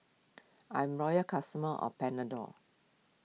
I'm loyal customer of Panadol